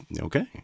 okay